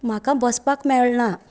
म्हाका बसपाक मेळना